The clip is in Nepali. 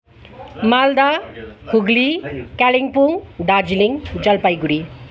मालदा हुगली कालिम्पोङ दार्जिलिङ जलपाइगढी